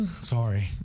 Sorry